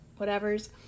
whatevers